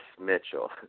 Mitchell